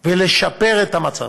לשפר את המצב.